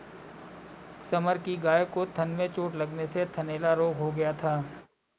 summer की गाय को थन में चोट लगने से थनैला रोग हो गया था